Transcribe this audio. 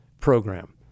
program